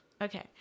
okay